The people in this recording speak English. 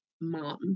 mom